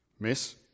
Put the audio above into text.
Miss